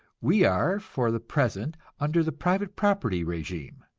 we are for the present under the private property regime,